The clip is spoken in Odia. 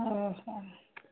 ହଉ ହଁ